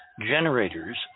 generators